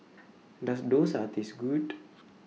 Does Dosa Taste Good